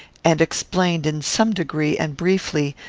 and explained, in some degree, and briefly,